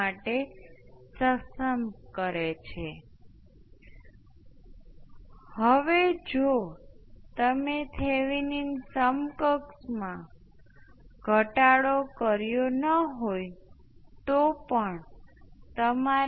તેથી અપણે સમગ્ર સ્ટેપ વિદ્યુત પ્રવાહમાં ફેરફાર મળશે જે સ્ટેપના બદલે L 2 L 1 L 2 × સ્રોત વિદ્યુત પ્રવાહમાં ફેરફાર છે